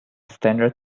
standard